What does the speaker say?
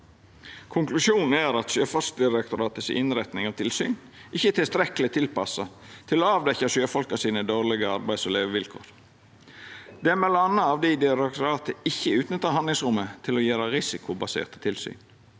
Konklusjonen er at Sjøfartsdirektoratet si innretning av tilsyn ikkje er tilstrekkeleg tilpassa til å avdekkja sjøfolka sine dårlege arbeids- og levevilkår. Det er m.a. av di direktoratet ikkje utnyttar handlingsrommet til å gjera risikobaserte tilsyn.